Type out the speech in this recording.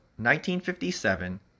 1957